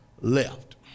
left